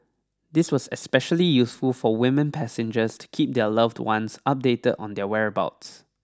this was especially useful for women passengers to keep their loved ones updated on their whereabouts